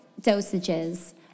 dosages